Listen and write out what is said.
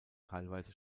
teilweise